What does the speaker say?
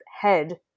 head